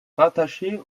rattachée